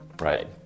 Right